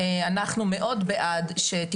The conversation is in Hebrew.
שלום,